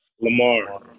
Lamar